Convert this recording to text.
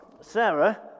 Sarah